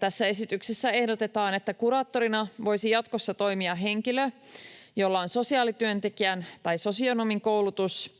Tässä esityksessä ehdotetaan, että kuraattorina voisi jatkossa toimia henkilö, jolla on sosiaalityöntekijän tai sosionomin koulutus,